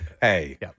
Hey